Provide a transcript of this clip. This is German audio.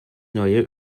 neue